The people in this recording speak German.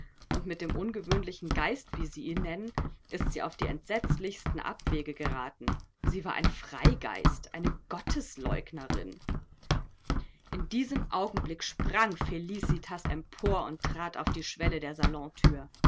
und mit dem ungewöhnlichen geist wie sie ihn nennen ist sie auf die entsetzlichsten abwege geraten sie war ein freigeist eine gottesleugnerin in diesem augenblick sprang felicitas empor und trat auf die schwelle der salonthür